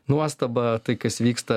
nuostabą tai kas vyksta